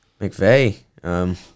McVeigh